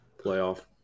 playoff